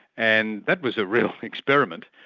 and that was a real experiment.